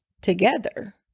together